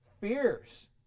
fierce